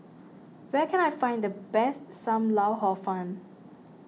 where can I find the best Sam Lau Hor Fun